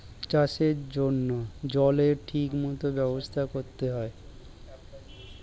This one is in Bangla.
চাষের জন্য জলের ঠিক মত ব্যবস্থা করতে হয়